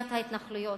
בניית ההתנחלויות.